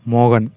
மோகன்